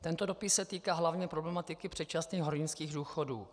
Tento dopis se týká hlavně problematiky předčasných hornických důchodů.